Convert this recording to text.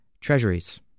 treasuries